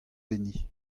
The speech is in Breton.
enni